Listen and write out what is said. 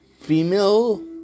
female